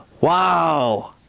Wow